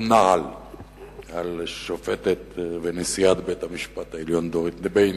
נעל על שופטת ונשיאת בית-המשפט העליון דורית בייניש,